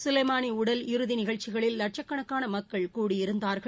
Soleimani உடல் இறுதி நிகழ்ச்சிகளில் லட்சக்கணக்கான மக்கள் கூடியிருந்தார்கள்